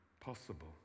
possible